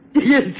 Yes